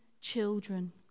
children